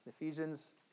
Ephesians